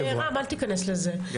רם, אל תיכנס לזה.